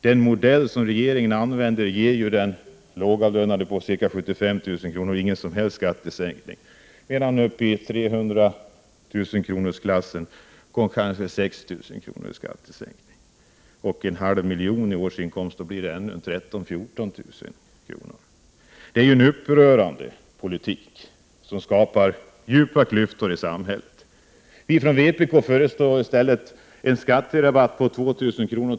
Den modell som regeringen använder ger ju den lågavlönade med ca 75 000 kr. ingen som helst skattesänkning, medan den som är uppe i 300 000-kronorsklassen kanske får 6 000 i skattesänkning och den som har en halv miljon i årsinkomst kan räkna med 13 000 å 14 000 kr. Det är en upprörande politik som skapar djupa klyftor i samhället. Vi från vpk föreslår i stället en skatterabatt på 2 000 kr.